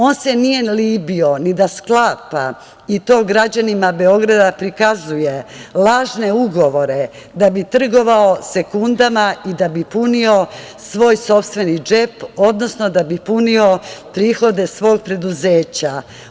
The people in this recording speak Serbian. On se nije libio ni da sklapa, i to građanima Beograda prikazuje, lažne ugovore, da bi trgovao sekundama i da bi punio svoj sopstveni džep, odnosno da bi punio prihode svog preduzeća.